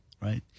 right